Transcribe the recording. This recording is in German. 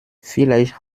vielleicht